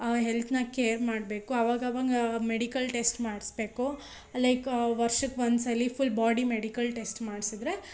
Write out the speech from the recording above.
ಹೆಲ್ತನ್ನ care ಮಾಡಬೇಕು ಅವಾಗ ಅವಾಗ ಮೆಡಿಕಲ್ ಟೆಸ್ಟ್ ಮಾಡಿಸ್ಬೇಕು ಲೈಕ್ ವರ್ಷಕ್ಕೆ ಒಂದ್ಸಲ ಫುಲ್ ಬಾಡಿ ಮೆಡಿಕಲ್ ಟೆಸ್ಟ್ ಮಾಡಿಸಿದ್ರೆ